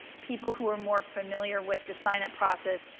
people who are more familiar with the sign-up process,